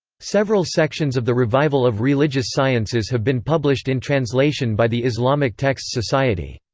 several sections of the revival of religious sciences have been published in translation by the islamic texts society.